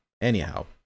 Anyhow